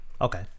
Okay